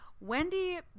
wendy